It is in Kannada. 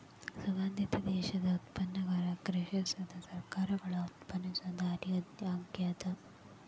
ಸುಂಕದಿಂದ ದೇಶೇಯ ಉತ್ಪಾದಕರನ್ನ ರಕ್ಷಿಸಕ ಸರ್ಕಾರಗಳ ಪ್ರಯತ್ನಿಸೊ ದಾರಿ ಆಗ್ಯಾದ